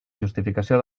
justificació